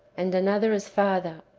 and another as father,